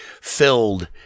filled